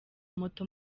moto